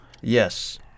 Yes